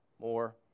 more